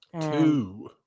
Two